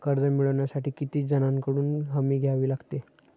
कर्ज मिळवण्यासाठी किती जणांकडून हमी द्यावी लागते?